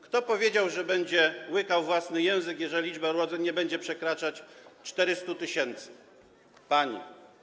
Kto powiedział, że będzie łykał własny język, jeżeli liczba urodzeń nie będzie przekraczać 400 tys.? Pani.